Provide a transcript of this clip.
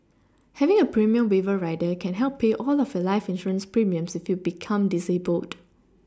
having a premium waiver rider can help pay all of your life insurance premiums if you become disabled